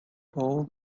all